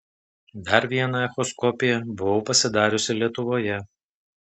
dar vieną echoskopiją buvau pasidariusi lietuvoje